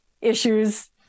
issues